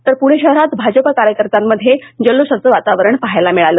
तर पूणे शहर भाजप कार्यकर्त्यांमध्ये जल्लोषांचं वातावरण पहायला मिळालं